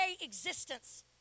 existence